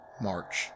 March